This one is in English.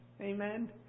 Amen